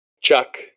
Chuck